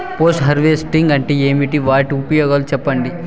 Post harvesting అంటే ఏమి? వాటి ఉపయోగాలు చెప్పండి?